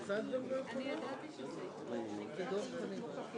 אני מעביר את ההסתייגות.